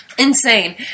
Insane